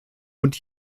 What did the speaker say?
und